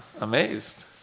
amazed